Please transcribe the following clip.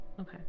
Okay